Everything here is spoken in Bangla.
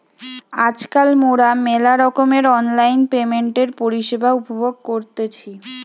আজকাল মোরা মেলা রকমের অনলাইন পেমেন্টের পরিষেবা উপভোগ করতেছি